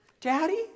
daddy